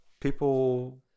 people